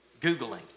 Googling